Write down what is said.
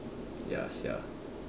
ya sia